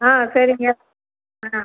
ஆ சரிங்க ஆ